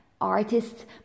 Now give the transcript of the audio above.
artists